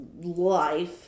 life